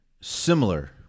similar